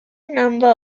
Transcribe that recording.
number